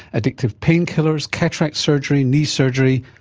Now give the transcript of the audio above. addictive painkillers, cataract surgery, knee surgery,